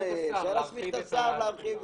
אפשר להסמיך את השר להרחיב.